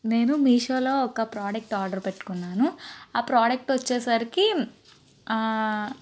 నేను మీషోలో ఒక ప్రొడక్ట్ ఆర్డరు పెట్టుకున్నాను ఆ ప్రొడక్ట్ వచ్చేసరికి